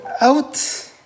out